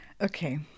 Okay